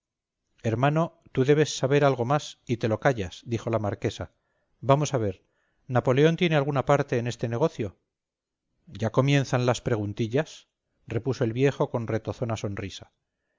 hermano tú debes saber algo más y te lo callas dijo la marquesa vamos a ver napoleón tiene alguna parte en este negocio ya comienzan las preguntillas repuso el viejo con retozona sonrisa